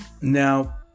Now